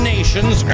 Nations